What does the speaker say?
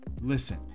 listen